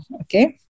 Okay